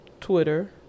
Twitter